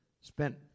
spent